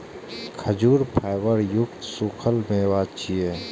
खजूर फाइबर युक्त सूखल मेवा छियै